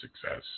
success